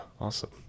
awesome